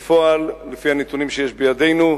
בפועל, לפי הנתונים שיש בידנו,